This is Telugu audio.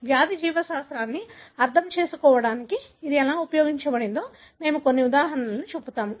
వ్యాధి జీవశాస్త్రాన్ని అర్థం చేసుకోవడానికి ఇది ఎలా ఉపయోగించబడిందో మేము కొన్ని ఉదాహరణలను చూపుతాము